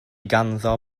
ganddo